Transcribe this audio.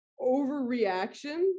overreaction